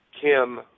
Kim